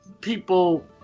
people